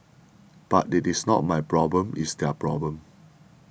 but it is not my problem it's their problem